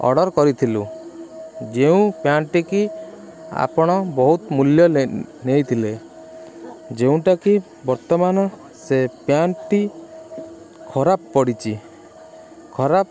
order କରିଥିଲୁ ଯେଉଁ ପ୍ୟାଣ୍ଟଟିକି ଆପଣ ବହୁତ ମୂଲ୍ୟ ନେଇ ନେଇଥିଲେ ଯେଉଁଟାକି ବର୍ତ୍ତମାନ ସେ ପ୍ୟାଣ୍ଟ୍ଟି ଖରାପ ପଡ଼ିଛି ଖରାପ